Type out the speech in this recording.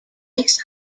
ice